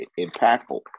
impactful